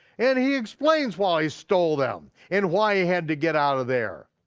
and he explains why he stole them and why he had to get out of there.